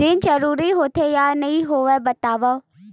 ऋण जरूरी होथे या नहीं होवाए बतावव?